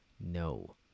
No